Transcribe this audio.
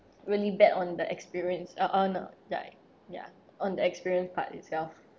really bad on the experience uh uh no I ya on the experience part itself